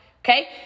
okay